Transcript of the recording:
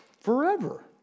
forever